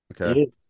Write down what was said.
okay